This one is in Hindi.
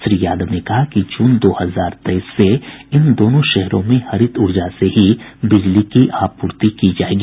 श्री यादव ने कहा कि जून दो हजार तेईस से इन दोनों शहरों में हरित ऊर्जा से ही बिजली की आपूर्ति की जायेगी